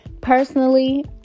Personally